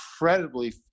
incredibly